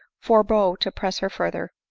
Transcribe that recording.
forbore to press her further.